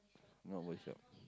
what was that